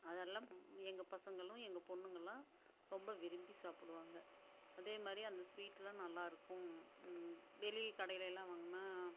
அதெல்லாம் எங்கள் பசங்களும் எங்கள் பொண்ணுங்களாம் ரொம்ப விரும்பி சாப்பிடுவாங்க அதேமாதிரி அந்த ஸ்வீட்லாம் நல்லாயிருக்கும் வெளியே கடையிலெல்லாம் வாங்கினா